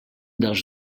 dels